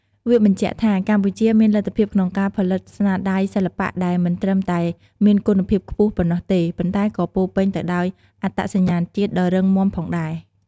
វាបញ្ជាក់ថា កម្ពុជាមានលទ្ធភាពក្នុងការផលិតស្នាដៃសិល្បៈដែលមិនត្រឹមតែមានគុណភាពខ្ពស់ប៉ុណ្ណោះទេ ប៉ុន្តែក៏ពោរពេញទៅដោយអត្តសញ្ញាណជាតិដ៏រឹងមាំផងដែរ។